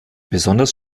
besonders